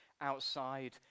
outside